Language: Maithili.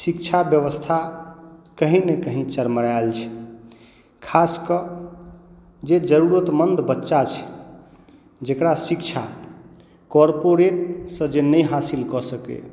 शिक्षा व्यवस्था कहीँ ने कहीँ चरमरायल छै खास कऽ जे जरूरतमन्द बच्चा छै जकरा शिक्षा कॉरपोरेटसँ जे नहि हासिल कऽ सकैए